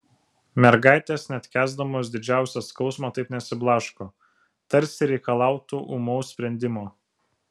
mergaitės net kęsdamos didžiausią skausmą taip nesiblaško tarsi reikalautų ūmaus sprendimo